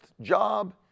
job